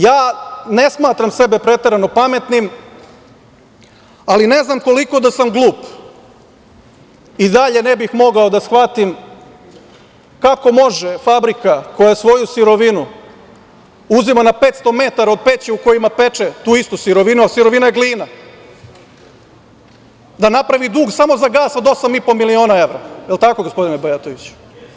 Ja ne smatram sebe preterano pametnim, ali ne znam koliko da sam glup, i dalje ne bih mogao da shvatim kako može fabrika koja svoju sirovinu uzima na 500 metara od peći koju peče tu istu sirovinu, a sirovina je glina, da napravi dug samo za gas od 8,5 miliona evra, da li je tako gospodine Bajatoviću?